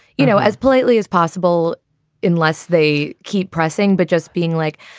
you know, as politely as possible unless they keep pressing. but just being like,